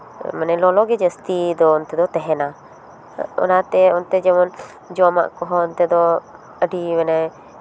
ᱢᱟᱱᱮ ᱞᱚᱞᱚᱜᱮ ᱡᱟᱹᱥᱛᱤ ᱫᱚ ᱚᱱᱛᱮ ᱫᱚ ᱛᱟᱦᱮᱱᱟ ᱚᱱᱟᱛᱮ ᱚᱱᱛᱮ ᱡᱮᱢᱚᱱ ᱡᱚᱢᱟᱜ ᱠᱚᱦᱚᱸ ᱚᱱᱛᱮ ᱫᱚ ᱟᱹᱰᱤ ᱢᱟᱱᱮ